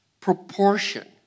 proportion